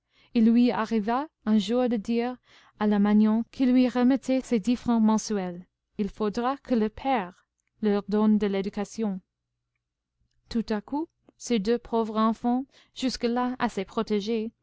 il lui arriva un jour de dire à la magnon qui lui remettait ses dix francs mensuels il faudra que le père leur donne de l'éducation tout à coup ces deux pauvres enfants jusque-là assez protégés